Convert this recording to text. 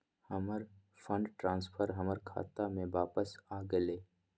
हमर fund transfer हमर खाता में वापस आ गेल